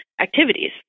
activities